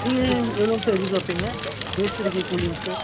நீங்கள் எவ்வளோங்க சார் எதிர்பார்ப்பீங்க மேஸ்திரிக்கு கூலிங்க சார்